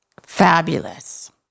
Fabulous